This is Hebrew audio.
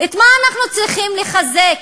את מה אנחנו צריכים לחזק?